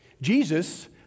Jesus